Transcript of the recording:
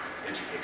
education